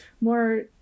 more